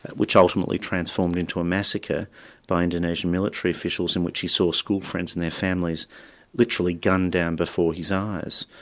which ultimately transformed into a massacre by indonesian military officials in which he saw schoolfriends and their families literally gunned down before his eyes.